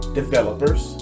developers